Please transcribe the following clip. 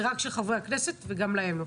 זה רק של חברי הכנסת וגם להם לא.